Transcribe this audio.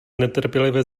netrpělivě